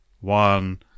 one